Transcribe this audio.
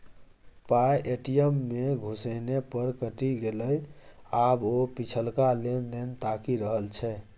पाय ए.टी.एम मे घुसेने पर कटि गेलै आब ओ पिछलका लेन देन ताकि रहल छै